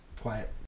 quiet